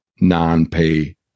non-pay